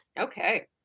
Okay